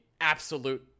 absolute